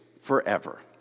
forever